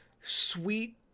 sweet